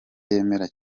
yemera